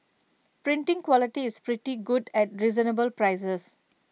printing quality is pretty good at reasonable prices